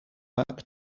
back